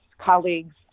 colleagues